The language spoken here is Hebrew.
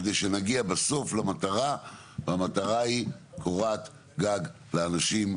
כדי שנגיע בסוף למטרה והמטרה היא קורת גג לאנשים,